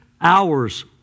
hours